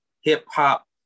hip-hop